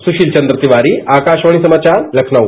सुशील चन्द्र तिवारी आकाशवाणी समाचार लखनऊ